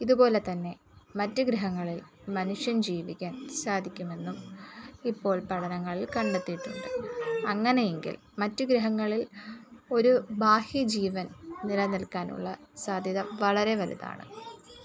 ഇതുപോലെ തന്നെ മറ്റ് ഗ്രഹങ്ങളിൽ മനുഷ്യൻ ജീവിക്കാൻ സാധിക്കുമെന്നും ഇപ്പോൾ പഠനങ്ങളിൽ കണ്ടെത്തിയിട്ടുണ്ട് അങ്ങനെയെങ്കിൽ മറ്റു ഗ്രഹങ്ങളിൽ ഒരു ബാഹ്യ ജീവൻ നിലനിൽക്കാനുള്ള സാധ്യത വളരെ വലുതാണ്